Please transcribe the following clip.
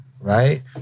right